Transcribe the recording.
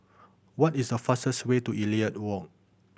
what is the fastest way to Elliot Walk